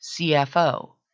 CFO